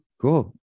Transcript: Cool